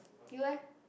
you leh